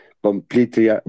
completely